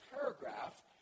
paragraph